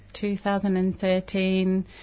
2013